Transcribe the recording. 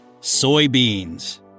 Soybeans